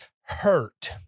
hurt